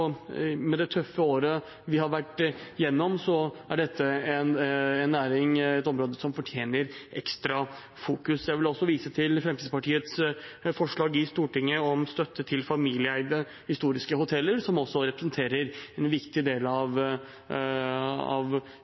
Med det tøffe året vi har vært igjennom, er dette en næring som fortjener ekstra fokus. Jeg vil også vise til Fremskrittspartiets forslag i Stortinget om støtte til familieeide historiske hoteller, som representerer en viktig del av kulturdelen av